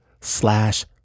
slash